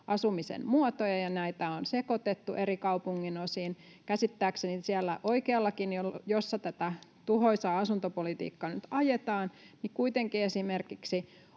asumisen muotoja ja näitä on sekoitettu eri kaupunginosiin. Käsittääkseni siellä oikeallakin, jossa tätä tuhoisaa asuntopolitiikkaa nyt ajetaan, on kuitenkin pidetty esimerkiksi